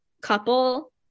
couple